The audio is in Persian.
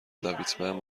لاویتمن